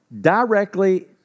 directly